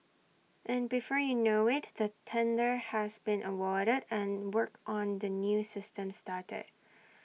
and before you know IT the tender has been awarded and work on the new system started